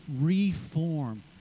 reform